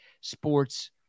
Sports